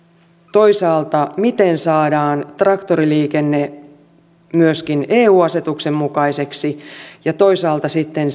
toisaalta siihen miten saadaan traktoriliikenne myöskin eu asetuksen mukaiseksi ja toisaalta sitten